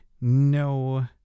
no